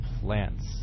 plants